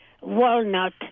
walnut